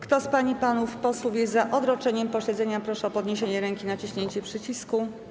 Kto z pań i panów posłów jest za odroczeniem posiedzenia, proszę o podniesienie ręki i naciśnięcie przycisku.